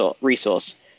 resource